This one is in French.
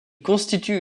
constituent